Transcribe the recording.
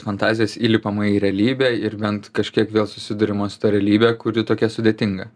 fantazijos įlipama į realybę ir bent kažkiek vėl susiduriama su ta realybe kuri tokia sudėtinga